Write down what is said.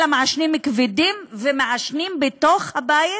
אלא מעשנים כבדים ומעשנים בתוך הבית.